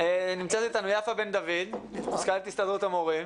נמצאת איתנו יפה בן דוד, מזכ"לית הסתדרות המורים.